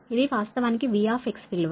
ఇది వాస్తవానికి V విలువ